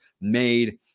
made